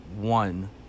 one